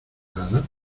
nada